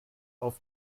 auf